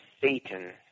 Satan